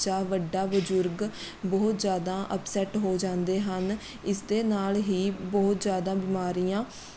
ਬੱਚਾ ਵੱਡਾ ਬਜ਼ੁਰਗ ਬਹੁਤ ਜ਼ਿਆਦਾ ਅੱਪਸੈਟ ਹੋ ਜਾਂਦੇ ਹਨ ਇਸ ਦੇ ਨਾਲ਼ ਹੀ ਬਹੁਤ ਜ਼ਿਆਦਾ ਬਿਮਾਰੀਆਂ